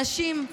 אנשים,